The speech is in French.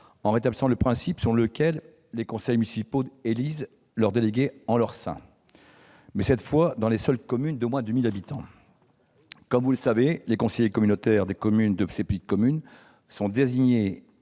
en rétablissant le principe selon lequel les conseils municipaux élisent leurs délégués en leur sein, mais cette fois, dans les seules communes de moins de 1 000 habitants. Comme vous le savez, les conseillers communautaires de ces petites communes sont désormais